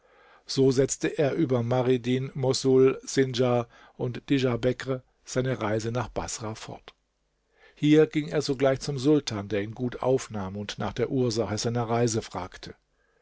so setzte er über maridin mossul sindjar und dijarbekr seine reise bis baßrah fort hier ging er sogleich zum sultan der ihn gut aufnahm und nach der ursache seiner reise fragte